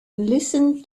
listen